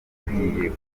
gikwiye